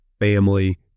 family